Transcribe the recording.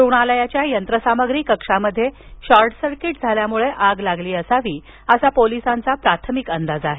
रुग्णालयाच्या यंत्रसामग्री कक्षामध्ये शोर्ट सर्किट झाल्यामुळे आग लागली असावी असा पोलिसांचा प्राथमिक अंदाज आहे